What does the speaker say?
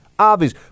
Obvious